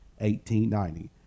1890